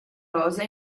rosa